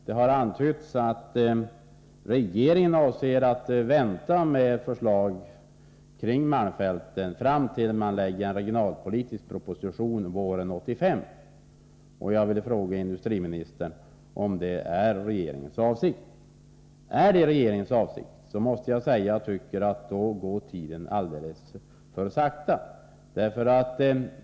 Det har antytts att regeringen avser att vänta med förslag om åtgärder i malmfälten fram till dess att en regionalpolitisk proposition framläggs våren 1985. Jag vill fråga industriministern om detta är regeringens avsikt. Och är det regeringens avsikt, måste jag säga att det går alldeles för sakta.